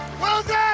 Wilson